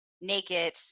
naked